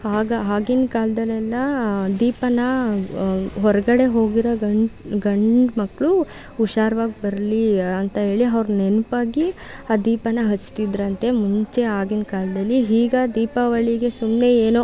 ಆಗ ಆಗಿನ್ ಕಾಲದಲ್ಲೆಲ್ಲಾ ದೀಪವನ್ನ ಹೊರಗಡೆ ಹೋಗಿರೋ ಗಂಡುಮಕ್ಳು ಹುಷಾರಾಗಿ ಬರಲಿ ಅಂತ ಹೇಳಿ ಅವ್ರ ನೆನಪಾಗಿ ಆ ದೀಪವನ್ನ ಹಚ್ತಿದ್ದರಂತೆ ಮುಂಚೆ ಆಗಿನ ಕಾಲದಲ್ಲಿ ಈಗ ದೀಪಾವಳಿಗೆ ಸುಮ್ಮನೆ ಏನೋ